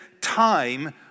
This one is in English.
time